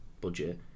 budget